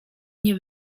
nie